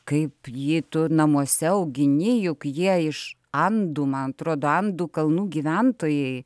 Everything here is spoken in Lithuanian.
kaip jį tu namuose augini juk jie iš andų man atrodo andų kalnų gyventojai